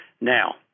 Now